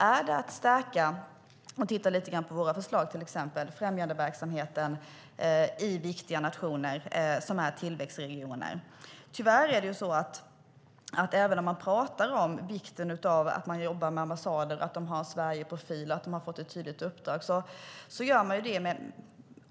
Är det att titta på våra förslag om att stärka främjandeverksamheten i viktiga nationer som befinner sig i tillväxtregioner? Å ena sidan talar man om vikten av att jobba med ambassader, att de har en Sverigeprofil och tydliga uppdrag.